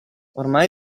ormai